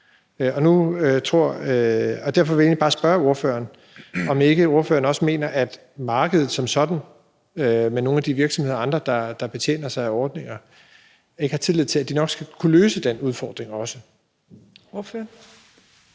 Derfor vil jeg egentlig bare spørge ordføreren, om ikke ordføreren også har tillid til, at markedet som sådan med nogle af de virksomheder og andre, der betjener sig af ordninger, nok skal kunne løse den udfordring også. Kl.